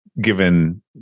given